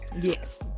Yes